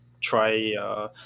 try